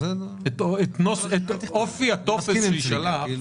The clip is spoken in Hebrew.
את אופי הטופס שיישלח.